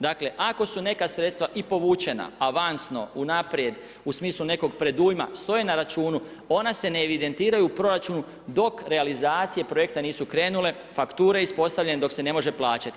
Dakle, ako su neka sredstva i povučena avansno unaprijed u smislu nekog predujma stoje na računu ona se ne evidentiraju u proračunu dok realizacije projekta nisu krenule, fakture ispostavljene, dok se ne može plaćati.